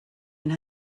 and